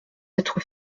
être